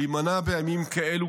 להימנע בימים כאלו,